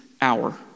hour